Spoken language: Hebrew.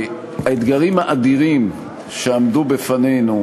שהאתגרים האדירים שעמדו בפנינו